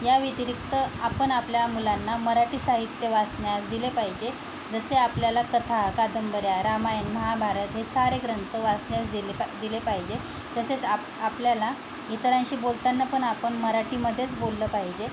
या व्यतिरिक्त आपण आपल्या मुलांना मराठी साहित्य वाचण्यास दिले पाहिजे जसे आपल्याला कथा कादंबऱ्या रामायण महाभारत हे सारे ग्रंथ वाचण्यास दिले पाय दिले पाहिजे तसेच आप आपल्याला इतरांशी बोलताना पण आपण मराठीमध्येच बोललं पाहिजे